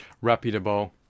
reputable